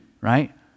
right